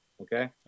Okay